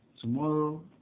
tomorrow